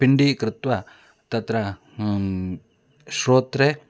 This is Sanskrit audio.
पिण्डीकृत्य तत्र श्रोत्रे